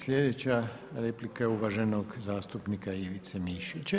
Sljedeća replika je uvaženog zastupnika Ivice Mišića.